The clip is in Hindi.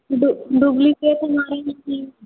डू डुप्लीकेट हमारी निकली